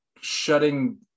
shutting